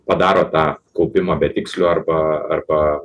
padaro tą kaupimą betiksliu arba arba